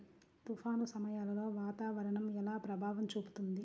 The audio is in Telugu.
తుఫాను సమయాలలో వాతావరణం ఎలా ప్రభావం చూపుతుంది?